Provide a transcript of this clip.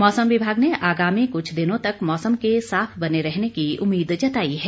मौसम विभाग ने आगामी कुछ दिनों तक मौसम के साफ बने रहने की उम्मीद जताई है